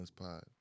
Pod